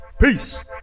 Peace